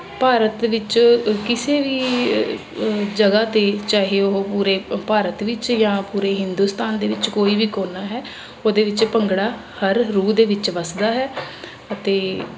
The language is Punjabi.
ਭਾਰਤ ਵਿੱਚ ਕਿਸੇ ਵੀ ਜਗ੍ਹਾ 'ਤੇ ਚਾਹੇ ਉਹ ਪੂਰੇ ਭਾਰਤ ਵਿੱਚ ਜਾਂ ਪੂਰੇ ਹਿੰਦੁਸਤਾਨ ਦੇ ਵਿੱਚ ਕੋਈ ਵੀ ਕੋਨਾ ਹੈ ਉਹਦੇ ਵਿੱਚ ਭੰਗੜਾ ਹਰ ਰੂਹ ਦੇ ਵਿੱਚ ਵੱਸਦਾ ਹੈ ਅਤੇ